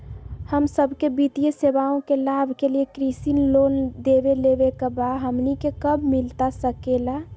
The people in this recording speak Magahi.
हम सबके वित्तीय सेवाएं के लाभ के लिए कृषि लोन देवे लेवे का बा, हमनी के कब मिलता सके ला?